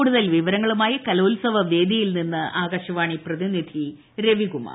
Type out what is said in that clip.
കൂടുതൽ വിവരങ്ങളുമായി കലോൽസവ വേദിയിൽ നിന്ന് ആകാശവാണി പ്രതിനിധി ർവികുമാർ